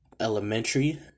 elementary